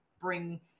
bring